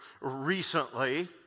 recently